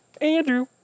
Andrew